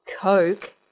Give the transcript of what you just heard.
Coke